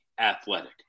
athletic